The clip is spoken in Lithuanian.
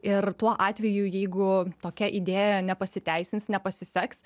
ir tuo atveju jeigu tokia idėja nepasiteisins nepasiseks